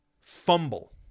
fumble